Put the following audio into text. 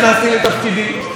כשעוד לא הכרתי אותו בכלל.